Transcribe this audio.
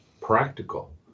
practical